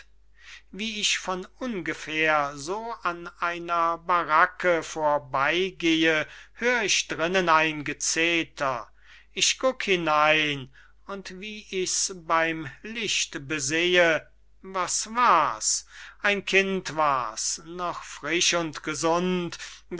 wie ich von ungefehr so an einer barake vorbeygehe hör ich drinnen ein gezetter ich guk hinein und wie ich's beym licht besehe was war's ein kind war's noch frisch und gesund